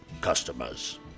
customers